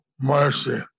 mercy